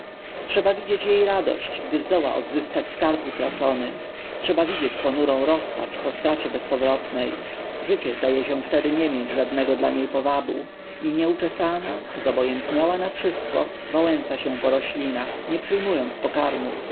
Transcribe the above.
trzeba widzieć jej radość gdy zdoła odzyskać skarb utracony trzeba widzieć ponurą rozpacz po stracie bezpowrotnej życie zdaje się wtedy nie mieć żadnego dla niej powabu i nieuczesana zobojętniała na wszystko wałęsa się po roślinach nie przyjmuje pokarmu